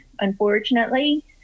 unfortunately